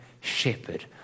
shepherd